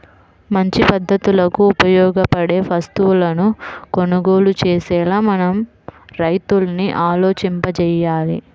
మంచి పద్ధతులకు ఉపయోగపడే వస్తువులను కొనుగోలు చేసేలా మన రైతుల్ని ఆలోచింపచెయ్యాలి